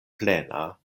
plena